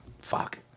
fuck